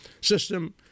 system